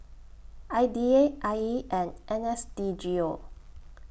I D A I E and N S D G O